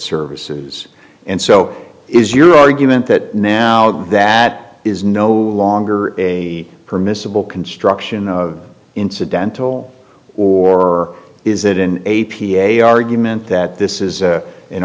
services and so is your argument that now that is no longer a permissible construction of incidental or is it in a p a argument that this is